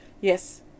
Yes